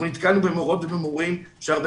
אנחנו נתקלנו במורות ובמורים שהרבה